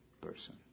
person